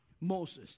Moses